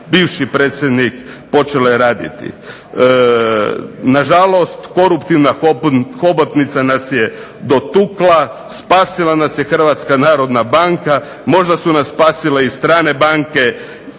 bivši predsjednik počele raditi. Nažalost koruptivna hobotnica nas je dotukla, spasila nas je Hrvatska narodna banka, možda su nas spasile i strane banke